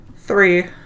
Three